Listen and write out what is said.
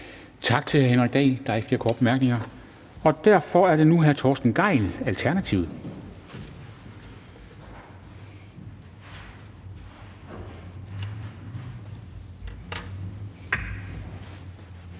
Tak til hr. Henrik Dahl. Der er ikke flere korte bemærkninger. Og derfor er det nu hr. Torsten Gejl, Alternativet.